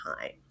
time